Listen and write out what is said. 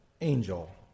angel